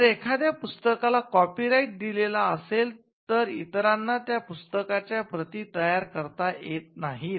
जर एखाद्या पुस्तकाला कॉपी राईट दिलेला असेल तर इतरांना त्या पुस्तकाच्या प्रती तयार करता येत नाहीत